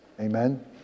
Amen